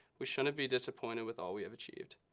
we shouldn't be disappointed with all we have achieved.